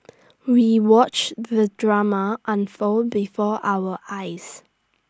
we watched the drama unfold before our eyes